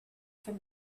from